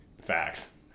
Facts